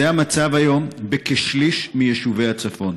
זה המצב היום בכשליש מיישובי הצפון.